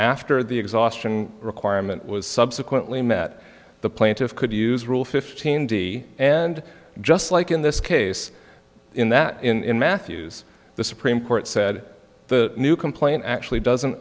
after the exhaustion requirement was subsequently met the plaintiffs could use rule fifteen d and just like in this case in that in mathews the supreme court said the new complaint actually doesn't